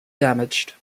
damaged